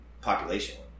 population